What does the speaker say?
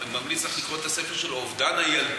אני ממליץ לך לקרוא את הספר שלו "אובדן הילדות",